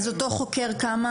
אז אותו חוקר כמה